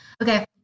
Okay